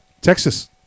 Texas